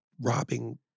robbing